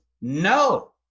No